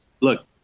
look